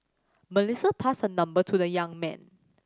Melissa passed her number to the young man